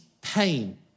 pain